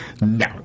No